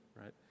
right